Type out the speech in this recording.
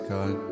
God